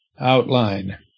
outline